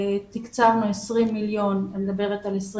ואני מדברת על 2020,